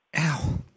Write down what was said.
Ow